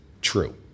true